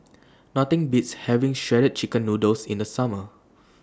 Nothing Beats having Shredded Chicken Noodles in The Summer